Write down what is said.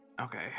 Okay